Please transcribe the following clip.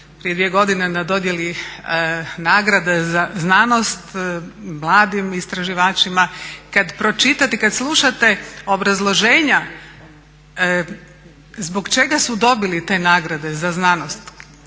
prije dvije godine na dodjeli nagrada za znanost mladim istraživačima. Kad pročitate, kad slušate obrazloženja zbog čega su dobili te nagrade za znanost